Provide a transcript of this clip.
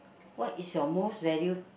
what is your most value